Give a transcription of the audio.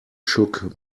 shook